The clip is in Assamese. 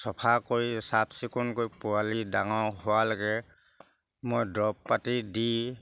চফা কৰি চাফচিকুণ কৰি পোৱালি ডাঙৰ হোৱালৈকে মই দৰৱ পাতি দি